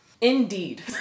Indeed